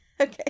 Okay